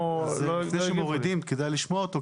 לפני שמורידים כדאי לשמוע אותו,